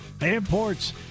Imports